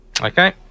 Okay